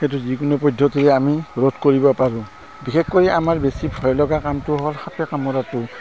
সেইটো যিকোনো পদ্ধতিৰে আমি ৰোধ কৰিব পাৰোঁ বিশেষকৈ আমাৰ বেছি ভয় লগা কামটো হ'ল সাপে কামুৰাটো